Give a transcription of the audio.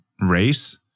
race